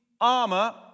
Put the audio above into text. armor